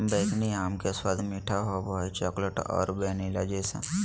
बैंगनी आम के स्वाद मीठा होबो हइ, चॉकलेट और वैनिला जइसन